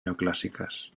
neoclàssiques